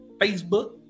Facebook